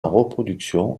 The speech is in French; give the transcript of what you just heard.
reproduction